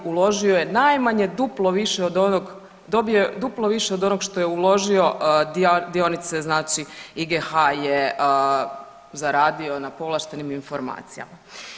Uložio je najmanje duplo više od onog, dobio je duplo više od onog što je uložio dionice znači IGH je zaradio na povlaštenim informacijama.